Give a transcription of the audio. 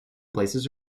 places